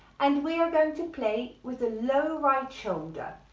and we are going to play with a lower right shoulder.